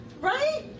right